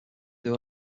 they